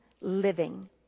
living